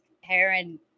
Heron